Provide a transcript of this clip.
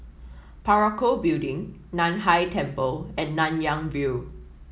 Parakou Building Nan Hai Temple and Nanyang View